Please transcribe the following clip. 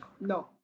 no